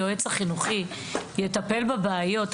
היועץ החינוכי יטפל בבעיות,